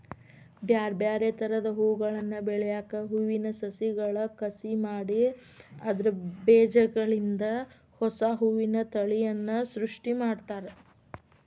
ಬ್ಯಾರ್ಬ್ಯಾರೇ ತರದ ಹೂಗಳನ್ನ ಬೆಳ್ಯಾಕ ಹೂವಿನ ಸಸಿಗಳ ಕಸಿ ಮಾಡಿ ಅದ್ರ ಬೇಜಗಳಿಂದ ಹೊಸಾ ಹೂವಿನ ತಳಿಯನ್ನ ಸೃಷ್ಟಿ ಮಾಡ್ತಾರ